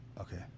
okay